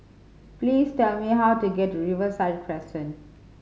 please tell me how to get to Riverside Crescent